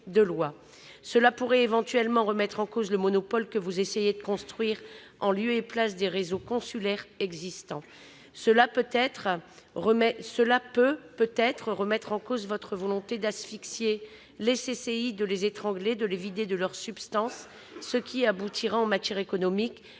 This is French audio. de loi. Cela pourrait éventuellement remettre en cause le monopole que vous essayez de créer en lieu et place des réseaux consulaires existants. Cela pourrait peut-être remettre en cause votre volonté d'asphyxier les chambres de commerce et d'industrie- les CCI -, de les étrangler, de les vider de leur substance, ce qui aboutira, en matière économique,